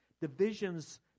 divisions